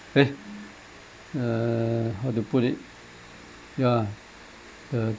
eh err how to put it yeah the